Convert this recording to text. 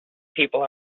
people